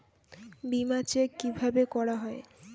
বিমা চেক কিভাবে করা হয়?